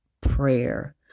prayer